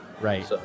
Right